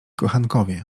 kochankowie